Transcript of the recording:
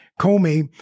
Comey